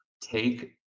take